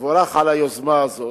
ותבורך על היוזמה הזאת.